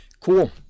Cool